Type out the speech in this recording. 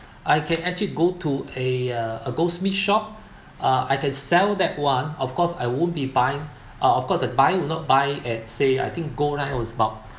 I can actually go to eh uh a goldsmith shop uh I can sell that one of course I won't be buying uh of course the buying would not buy at say I think gold lah was about